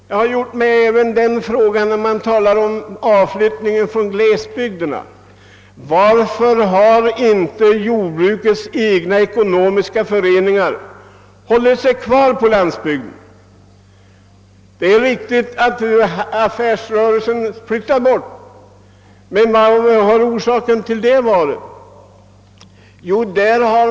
Jag har också när man talat om avflyttningen från glesbygderna gjort mig frågan: Varför har inte jordbrukets egna ekonomiska föreningar hållit sig kvar på landsbygden? Det är riktigt att affärsrörelserna flyttat bort, men vad har orsaken till det varit?